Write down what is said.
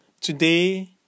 Today